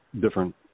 different